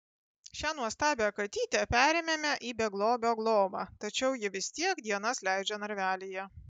šią nuostabią katytę perėmėme į beglobio globą tačiau ji vis tiek dienas leidžia narvelyje